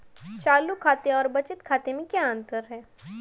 चालू खाते और बचत खाते में क्या अंतर है?